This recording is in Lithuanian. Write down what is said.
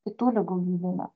kitų ligų gydyme